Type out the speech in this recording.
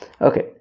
Okay